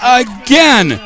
again